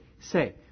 say